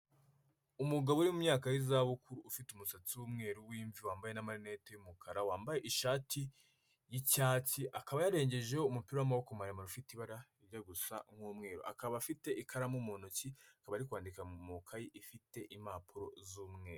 Umugabo w'imyaka y'izabukuru ufite umusatsi w'umweru w'imvi wambaye amarinei y'umukara wambaye ishati y'icyatsi, akaba yarengeje umupira w'amaboko maremare ufite ibara rimwe gusa n'umweru akaba afite ikaramu mu ntoki akaba ari kwandika mu ikayi ifite impapuro z'umweru